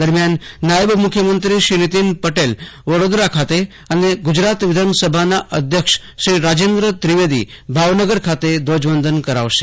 દરમ્યાન નાયબ મુખ્યમંત્રી નીતિનભાઇ પટેલ વડોદરા ખાતે અને ગુજરાત વિધાનસભાના અધ્યક્ષ રાજેન્દ્રભાઇ ત્રિવેદી ભાવનગર ખાતે ધ્વજવંદન કરાવશે